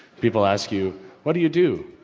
people ask you what do you do,